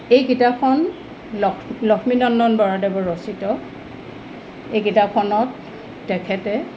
এই কিতাপখন লক্ষ্মীনন্দন বৰাদেৱৰ ৰচিত এই কিতাপখনত তেখেতে